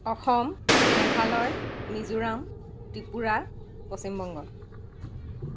Assam Meghalaya Mizoram Tripura Paschimbanga